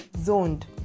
zoned